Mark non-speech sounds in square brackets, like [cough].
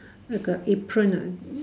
like a apron lah [noise]